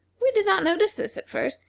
we did not notice this at first,